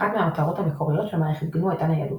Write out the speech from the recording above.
אחת מהמטרות המקוריות של מערכת גנו הייתה ניידות,